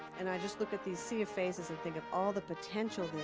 and i just look at the sea of faces and think of all the potential there.